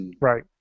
Right